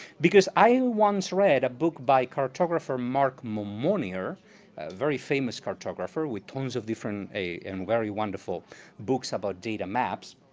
because i once read a book by cartographer mark monmonier, a very famous cartographer, with tons of different and very wonderful books about data maps,